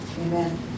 Amen